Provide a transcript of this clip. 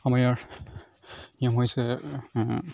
আমাৰ ইয়াৰ নিয়ম হৈছে